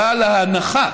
אבל ההנחה